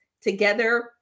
together